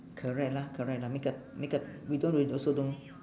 correct lah correct lah makeup makeup we don't really also don't know